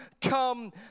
come